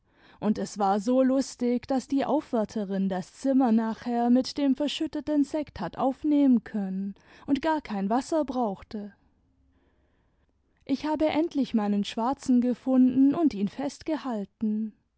und es war so lustig daß die aufwärterin das zimmer nachher mit dem verschütteten sekt hat aufnehmen können und gar kein wasser brauchte ich habe endlich meinen schwarzen gefunden und ihn festgehalten